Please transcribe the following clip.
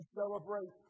celebrate